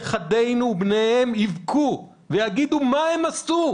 נכדינו ובניהם יבכו וישאלו מה הם עשו,